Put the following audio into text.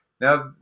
Now